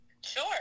Sure